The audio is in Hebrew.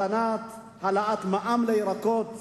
מתנת העלאת המע"מ על ירקות.